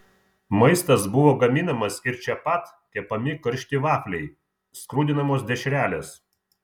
maistas buvo gaminamas ir čia pat kepami karšti vafliai skrudinamos dešrelės